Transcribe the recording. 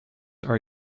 are